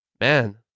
Man